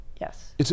Yes